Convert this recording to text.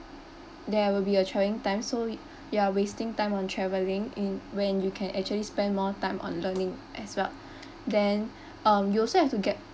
there will be a traveling time so yo~ you are wasting time on traveling in when you can actually spend more time on learning as well then um you also have to get